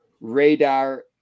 radar